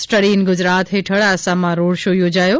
study in Gujarat હેઠળ આસામમાં road show યોજાયો